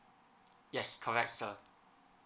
yes correct sir